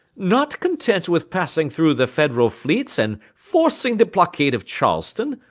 not content with passing through the federal fleets and forcing the blockade of charleston,